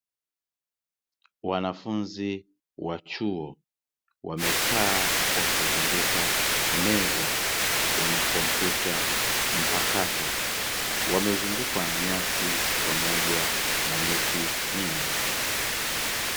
Wanafunzi wa chuo wamekaa kwa kuzunguka meza wana kompyuta mpakato, wamezungukwa na nyasi pamoja na miti mingi.